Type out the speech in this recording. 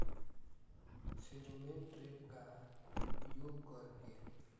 Pheromone trap का उपयोग कर के?